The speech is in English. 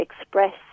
express